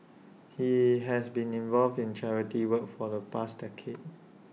he has been involved in charity work for the past decade